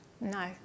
no